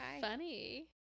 funny